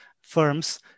firms